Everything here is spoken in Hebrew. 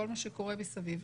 כל מה שקורה מסביב.